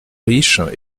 riche